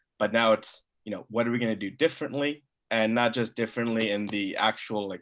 but now it's, you know, what are we going do differently and not just differently in the actual, like,